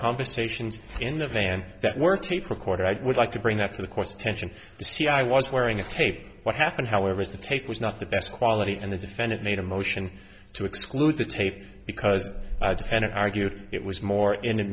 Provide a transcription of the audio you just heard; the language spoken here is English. conversations in the van that were tape recorder i would like to bring that to the court's attention see i was wearing a tape what happened however is the tape was not the best quality and the defendant made a motion to exclude the tape because defendant argued it was more in